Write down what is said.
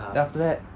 then after that